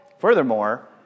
Furthermore